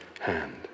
hand